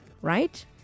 right